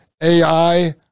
AI